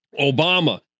Obama